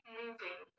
moving